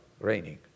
raining